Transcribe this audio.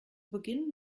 beginn